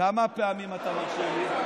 פעמים אתה מרשה לי?